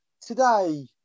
today